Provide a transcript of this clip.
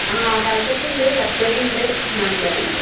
ആ കല്പറ്റയുണ്ട് ബത്തേരി ഉണ്ട് മാന്തവാടി ഉണ്ട്